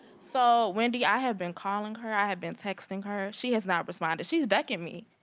so wendy, i have been calling her, i have been texting her, she has not responded, she's ducking me.